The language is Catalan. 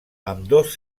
ambdós